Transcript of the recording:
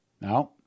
Now